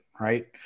right